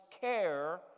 care